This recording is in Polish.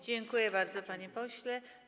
Dziękuję bardzo, panie pośle.